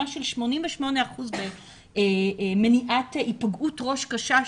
ברמה של 88% במניעת היפגעות ראש קשה,